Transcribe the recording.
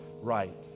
right